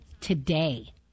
today